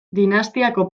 dinastiako